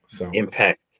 Impact